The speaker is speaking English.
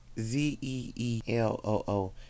Z-E-E-L-O-O